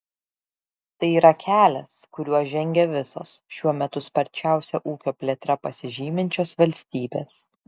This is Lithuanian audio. tai yra kelias kuriuo žengia visos šiuo metu sparčiausia ūkio plėtra pasižyminčios valstybės